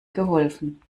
geholfen